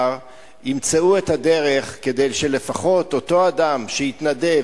ימצאו את הדרך שלפחות אותו אדם שהתנדב,